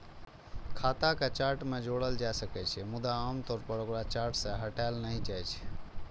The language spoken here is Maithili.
खाता कें चार्ट मे जोड़ल जा सकै छै, मुदा आम तौर पर ओकरा चार्ट सं हटाओल नहि जाइ छै